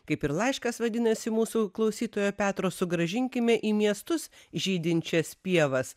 kaip ir laiškas vadinasi mūsų klausytojo petro sugrąžinkime į miestus žydinčias pievas